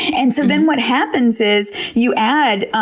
and so then what happens is you add,